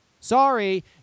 Sorry